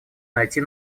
найти